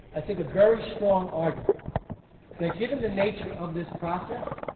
i think a very strong argument that given the nature of this process,